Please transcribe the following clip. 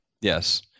Yes